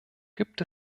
gibt